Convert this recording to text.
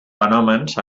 fenòmens